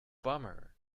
bummer